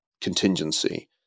contingency